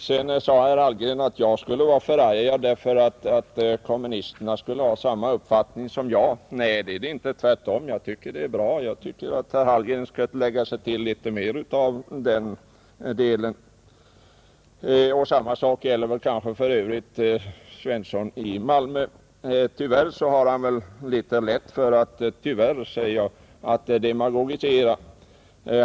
Vidare påstod herr Hallgren att jag var förargad därför att kommunisterna hade samma uppfattning som jag. Nej, det tycker jag tvärtom är bra. Jag tycker att herr Hallgren skall tillägna sig mer av det. Detsamma gäller för övrigt herr Svensson i Malmö. Tyvärr — jag understryker tyvärr — har han kanske litet för lätt att demagogisera.